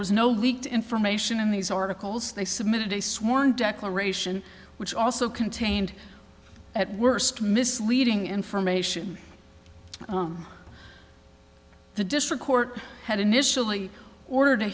was no leaked information in these articles they submitted a sworn declaration which also contained at worst misleading information the district court had initially ordered a